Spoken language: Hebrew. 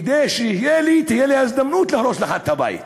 כדי שתהיה לי ההזדמנות להרוס לך את הבית.